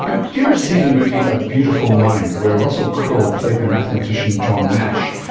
ah you ever see the movie a beautiful mind, where russell crowe played the mathematician john nash?